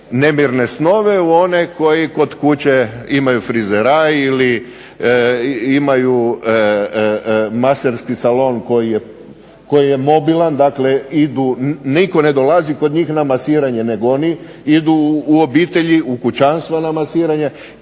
nemirne snove u one koji kod kuće imaju frizeraj ili imaju maserski salon koji je mobilan, dakle idu, nitko ne dolazi kod njih na masiranje nego oni idu u obitelji, u kućanstva na masiranje.